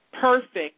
Perfect